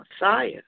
Messiah